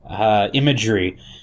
imagery